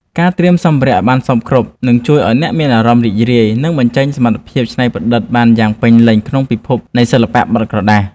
ការត្រៀមសម្ភារៈឱ្យបានសព្វគ្រប់នឹងជួយឱ្យអ្នកមានអារម្មណ៍រីករាយ និងអាចបញ្ចេញសមត្ថភាពច្នៃប្រឌិតបានយ៉ាងពេញលេញក្នុងពិភពនៃសិល្បៈបត់ក្រដាស។